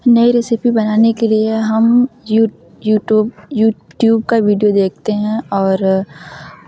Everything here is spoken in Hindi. नई रेसिपी बनाने के लिए हम यू यूट्यूब यूट्यूब का वीडियो देखते हैं और